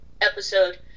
episode